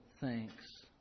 thanks